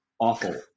awful